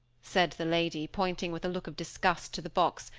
said the lady, pointing with a look of disgust to the box,